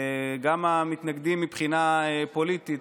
גם המתנגדים מבחינה פוליטית,